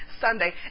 Sunday